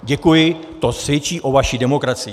Děkuji, to svědčí o vaší demokracii.